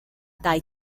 dai